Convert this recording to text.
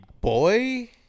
boy